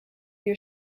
your